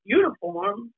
uniform